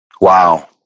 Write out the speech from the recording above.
Wow